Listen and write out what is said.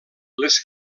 les